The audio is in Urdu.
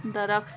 درخت